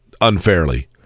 unfairly